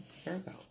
Virgo